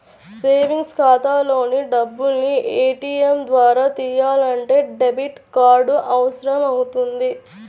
savings ఖాతాలోని డబ్బుల్ని ATM ద్వారా తియ్యాలంటే డెబిట్ కార్డు అవసరమవుతుంది